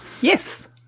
yes